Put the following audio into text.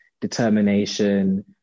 determination